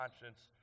conscience